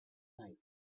night